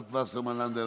רות וסרמן לנדה,